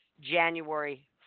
January